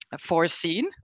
foreseen